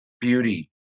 beauty